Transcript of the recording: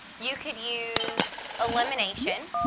you could use elimination,